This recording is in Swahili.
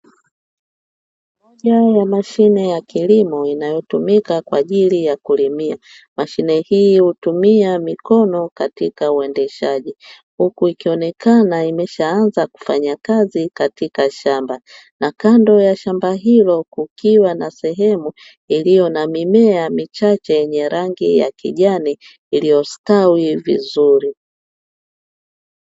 Moja ya mashine ya kilimo inayotumika kwa ajili ya kulimia, mashine hii hutumia mikono katika uendeshaji, huku ikionekana imesha anza kufanya kazi katika shamba na kando ya shamba hilo kukiwa na sehemu iliyo na mimea michache yenye rangi ya kijani iliyo stawi vizuri.